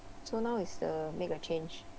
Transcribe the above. so now is the make a change